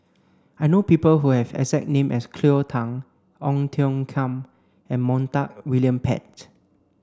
I know people who have exact name as Cleo Thang Ong Tiong Khiam and Montague William Pett